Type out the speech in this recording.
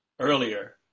earlier